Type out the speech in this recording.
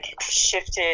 shifted